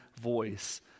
voice